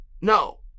no